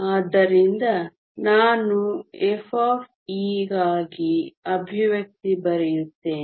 ಆದ್ದರಿಂದ ನಾನು f ಗಾಗಿ ಎಕ್ಸ್ಪ್ರೆಶನ್ ಬರೆಯುತ್ತೇನೆ